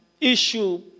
issue